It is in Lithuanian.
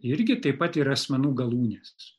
irgi taip pat yra asmenų galūnės